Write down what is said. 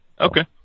Okay